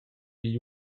igl